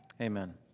Amen